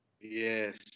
Yes